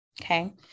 Okay